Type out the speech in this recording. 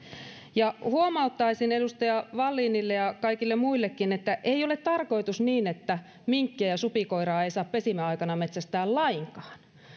huomauttaisin edustaja wallinille ja kaikille muillekin että ei ole tarkoitus että minkkiä ja supikoiraa ei saa pesimäaikana metsästää lainkaan